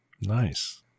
Nice